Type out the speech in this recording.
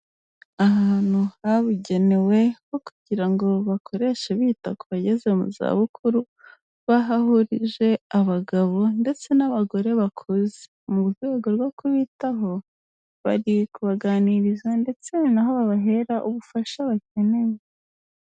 Ahantu habugenewe ho kugira ngo bakoreshe bita ku bageze mu zabukuru bahahurije abagabo ndetse n'abagore bakuze, mu rwego rwo kubitaho bari kubaganiriza ndetse ni na ho babahera ubufasha bakeneye.